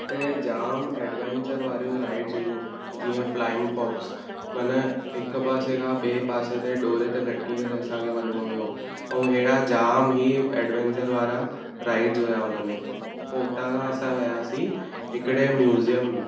हुते जाम एडवैंचर वारियूं राइड्स हुयूं जीअं फ्लाइंग फॉक्स मन हिक पासे खां ॿिए पासे ताईं डोरे ते लटकी करे असांखे वञणो हुओ ऐं अहिड़ा जाम ई एडवैंचर वारा राइड्स हुआ हुनमें पोइ हुतांखां असां वियासीं हिकिड़े म्यूज़ियम में